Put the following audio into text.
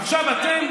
עכשיו, אתם,